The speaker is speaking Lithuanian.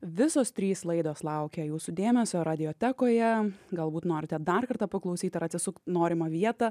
visos trys laidos laukia jūsų dėmesio radiotekoje galbūt norite dar kartą paklausyt ar atsisukt norimą vietą